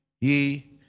ye